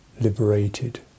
liberated